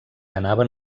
anaven